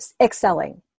excelling